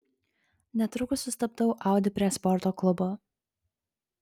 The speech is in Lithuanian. netrukus sustabdau audi prie sporto klubo